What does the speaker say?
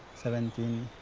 seventeen.